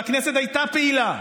והכנסת הייתה פעילה,